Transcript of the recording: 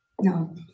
no